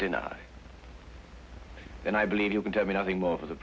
enough and i believe you can tell me nothing more for the